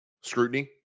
scrutiny